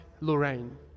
Lorraine